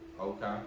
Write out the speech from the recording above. Okay